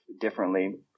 differently